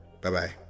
Bye-bye